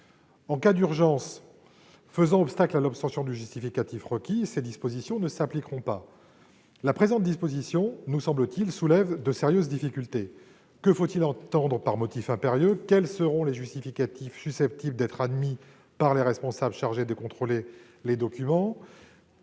En cas d'urgence faisant obstacle à l'obtention du justificatif requis, ces dispositions ne s'appliqueront pas. La présente disposition, nous semble-t-il, soulève de sérieuses difficultés : que faut-il entendre par motif impérieux ? Quels seront les justificatifs susceptibles d'être admis par les responsables chargés de contrôler les documents ?